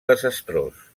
desastrós